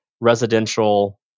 residential